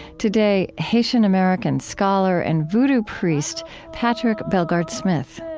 today haitian-american scholar and vodou priest patrick bellegarde-smith.